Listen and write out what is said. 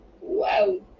Wow